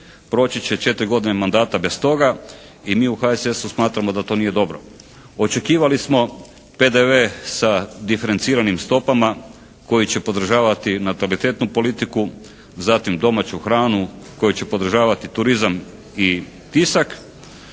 proći će 4 godine mandata bez toga i mi u HSS-u smatrao da to nije dobro. Očekivali smo PDV sa diferenciranim stopama koji će podržavati natalitetnu politiku, zatim domaću hranu koja će podržavati turizam i tisak.